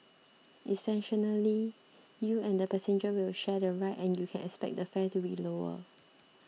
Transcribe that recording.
you and that passenger will share the ride and you can expect the fare to be lower